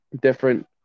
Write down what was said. different